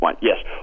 Yes